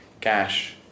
cash